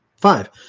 five